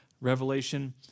revelation